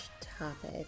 topic